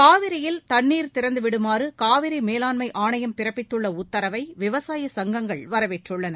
காவிரியில் தண்ணீா் திறந்துவிடுமாறு காவிரி மேவாண்மை ஆணையம் பிறப்பித்துள்ள உத்தரவை விவசாய சங்கங்கள் வரவேற்றுள்ளன